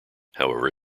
however